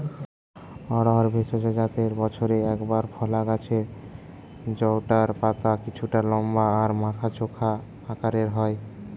অড়হর ভেষজ জাতের বছরে একবার ফলা গাছ জউটার পাতা কিছুটা লম্বা আর মাথা চোখা আকারের হয়